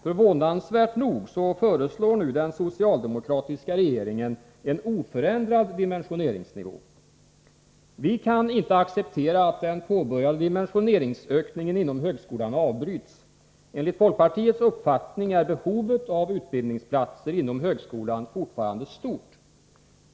Förvånansvärt nog föreslår nu den socialdemokratiska regeringen en oförändrad dimensioneringsnivå. Vi kan inte acceptera att den påbörjade dimensioneringsökningen inom högskolan avbryts. Enligt folkpartiets uppfattning är behovet av utbildningsplatser inom högskolan fortfarande stort.